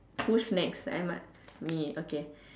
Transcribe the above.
whose next let am I me okay